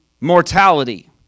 mortality